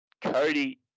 Cody